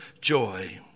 joy